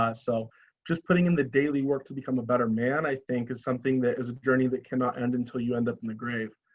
um so just putting in the daily work to become a better man i think is something that is a journey that cannot end until you end up in the grave.